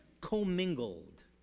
commingled